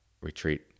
retreat